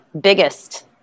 biggest